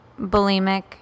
bulimic